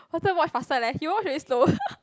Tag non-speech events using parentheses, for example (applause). faster watch faster leh you watch very slow (laughs)